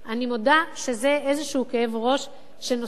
אני מודה שזה איזה כאב ראש שנוסף,